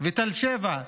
ותל שבע?